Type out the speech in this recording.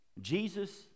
Jesus